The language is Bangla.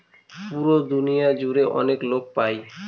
পুরো দুনিয়া জুড়ে অনেক লোক পাই